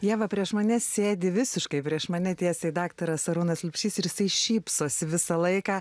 jav prieš mane sėdi visiškai prieš mane tęsė dr arūnas liubšys ir jisai šypsosi visą laiką